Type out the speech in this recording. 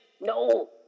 No